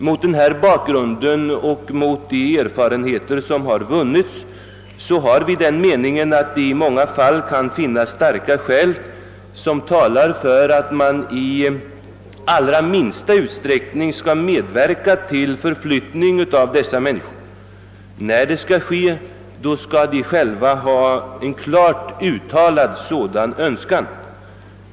Mot denna bakgrund och med de erfarenheter som har vunnits har vi den meningen att det i många fall kan finnas starka skäl som talar för att man i allra minsta utsträckning skall medverka till förflyttning av dessa människor. När det skall ske, skall de själva ha en klart uttalad sådan önskan.